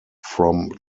from